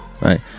Right